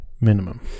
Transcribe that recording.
minimum